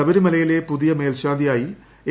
ശബരിമലയിലെ പുതിയ മേൽശാന്തിയായി എ